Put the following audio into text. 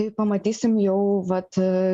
tai pamatysim jau vat